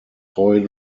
wasps